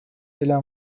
إلى